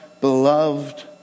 beloved